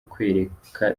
kwereka